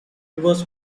rivers